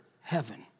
heaven